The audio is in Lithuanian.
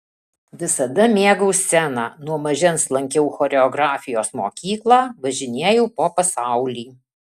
visada mėgau sceną nuo mažens lankiau choreografijos mokyklą važinėjau po pasaulį